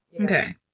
Okay